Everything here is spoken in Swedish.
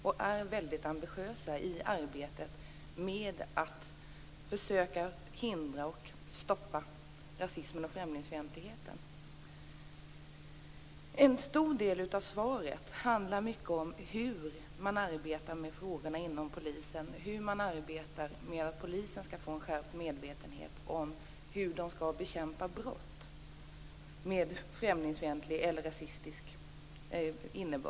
Man arbetar väldigt ambitiöst med att försöka förhindra och stoppa rasismen och främlingsfientligheten. En stor del av svaret handlar mycket om hur man arbetar med frågorna inom polisen för att skärpa medvetenheten om hur man skall bekämpa brott med främlingsfientliga eller rasistiska inslag.